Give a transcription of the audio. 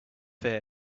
here